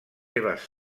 seves